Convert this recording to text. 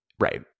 Right